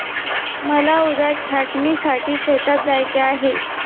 मला उद्या छाटणीसाठी शेतात जायचे आहे